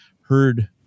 heard